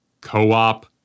co-op